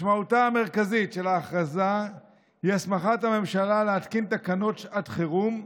משמעותה המרכזית של ההכרזה היא הסמכת הממשלה להתקין תקנות שעת חירום,